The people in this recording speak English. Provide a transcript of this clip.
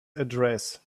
address